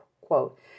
quote